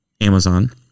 Amazon